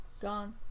gone